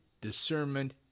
discernment